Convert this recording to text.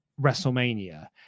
WrestleMania